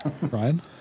Ryan